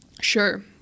sure